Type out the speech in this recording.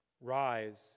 Rise